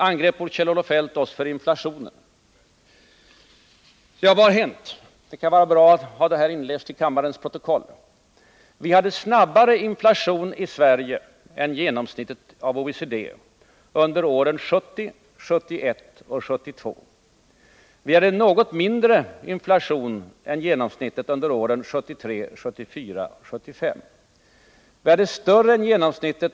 Kjell-Olof Feldt angrep oss för inflationen. Ja, vad har hänt? Det kan vara bra att ha följande inläst i kammarens protokoll. Under åren 1970-1972 hade vi i Sverige snabbare inflation än genomsnittet inom OECD. Under åren 1973-1975 hade vi något lägre inflation än genomsnittet. 1976 och 1978 hade vi högre inflation än genomsnittet.